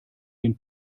den